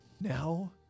Now